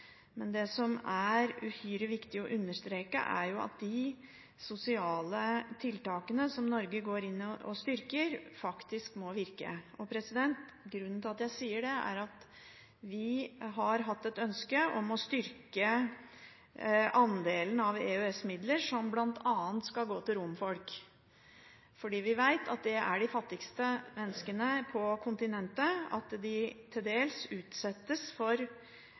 uhyre viktig å understreke, er at de sosiale tiltakene som Norge går inn og styrker, faktisk må virke. Grunnen til at jeg sier det, er at vi har hatt et ønske om å styrke andelen av EØS-midler som bl.a. skal gå til romfolk, for vi vet at dette er de fattigste menneskene på kontinentet, at de til dels utsettes for